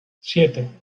siete